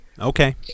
Okay